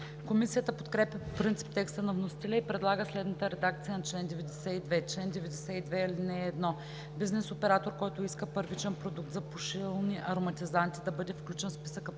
Комисията подкрепя по принцип текста на вносителя и предлага следната редакция на чл. 92: „Чл. 92. (1) Бизнес оператор, който иска първичен продукт за пушилни ароматизанти да бъде включен в списъка по